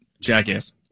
jackass